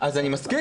אז אני מסכים.